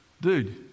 Dude